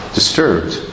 disturbed